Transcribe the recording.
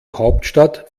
hauptstadt